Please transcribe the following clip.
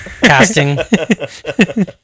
Casting